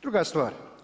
Druga stvar.